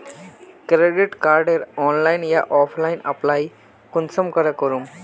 Credit कार्डेर online या offline apply कुंसम करे करूम?